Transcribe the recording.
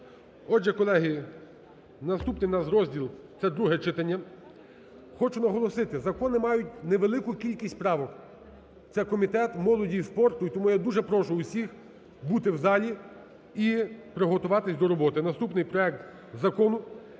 Отже, колеги, наступний у нас розділ, це друге читання. Хочу наголосити, закони мають невелику кількість правок. Це комітет молоді і спорту, і тому я дуже прошу всіх бути в залі і приготуватись до роботи. Наступний проект Закону